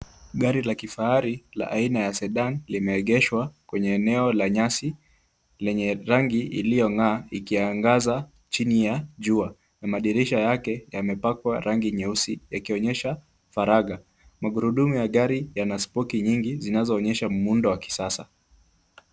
GHari la kifahari la aina ya SEDAN limeegeshwa kwenye nyasi lenye rangi iliyong'aa, ikiangaza chini ya jua na madirisha yake yamepakwa rangi nyeusi yakionyesha faraga. Magurudumu yanaspoki nyingi zinazoonyesha muundo wa kisasa.